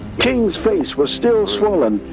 king's face was still swollen,